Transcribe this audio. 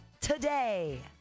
today